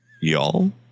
y'all